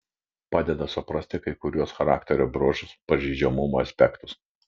padeda suprasti kai kuriuos charakterio bruožus pažeidžiamumo aspektus